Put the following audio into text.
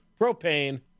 propane